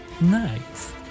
Nice